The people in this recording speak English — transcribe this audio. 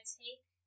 take